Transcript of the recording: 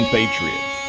Patriots